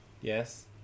Yes